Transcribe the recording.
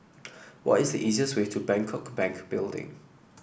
what is the easiest way to Bangkok Bank Building